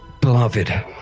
Beloved